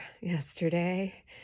yesterday